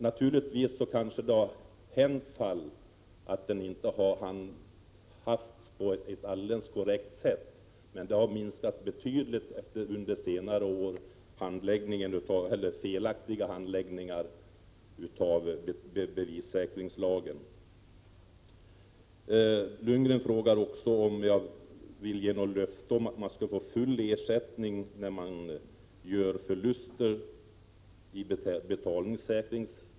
Naturligtvis kan det ha inträffat att lagen inte har tillämpats på ett helt korrekt sätt, men antalet felaktiga handläggningar har minskat betydligt under senare år. Bo Lundgren frågor också om jag vill ge några löften om att man skall få full ersättning när man lider förluster i samband med betalningssäkring.